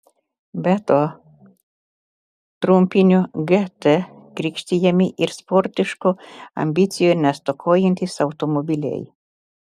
be to trumpiniu gt krikštijami ir sportiškų ambicijų nestokojantys automobiliai